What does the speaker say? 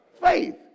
Faith